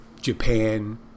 Japan